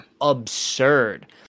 absurd